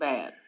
Bad